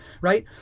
right